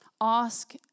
ask